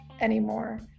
anymore